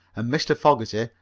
and mr. fogerty,